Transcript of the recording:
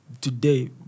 today